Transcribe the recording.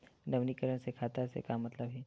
नवीनीकरण से खाता से का मतलब हे?